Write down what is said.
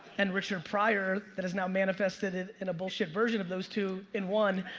and richard pryor that has now manifested in a bullshit version of those two in one.